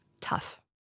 tough